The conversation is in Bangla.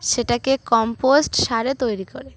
সেটাকে কম্পোস্ট সারে তৈরি করে